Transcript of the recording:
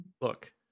Look